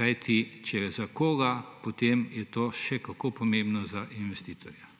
Kajti če za koga, potem je to še kako pomembno za investitorja.